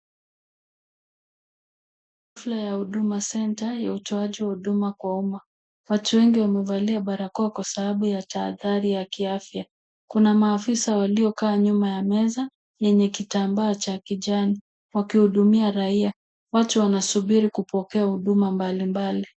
Shule ya huduma centre ya utoaji wa huduma kwa umma. Watu wengi wamevalia barakoa kwa sababu ya tahadhari ya kiafya. Kuna maafisa waliokaa nyuma ya meza na yenye kitambaa cha kijani wakihudumia raia. Watu wanasubiri kupokea huduma mbalimbali.